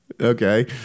Okay